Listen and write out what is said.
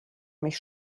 mich